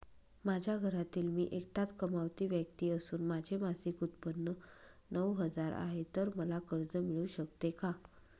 माझ्या घरातील मी एकटाच कमावती व्यक्ती असून माझे मासिक उत्त्पन्न नऊ हजार आहे, तर मला कर्ज मिळू शकते का?